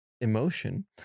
emotion